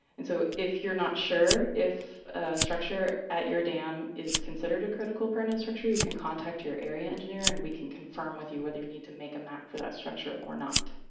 and so if you're not sure if a structure at your dam is considered a critical appurtenant structure, you can contact your area engineer, and we can confirm with you whether we need to make a map for that structure or not.